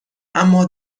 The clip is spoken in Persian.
اما